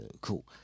cool